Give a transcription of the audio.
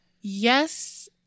Yes